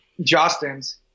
Justin's